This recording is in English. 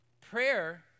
prayer